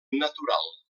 natural